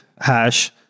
hash